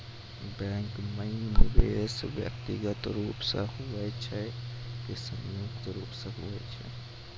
Bank माई निवेश व्यक्तिगत रूप से हुए छै की संयुक्त रूप से होय छै?